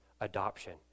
adoption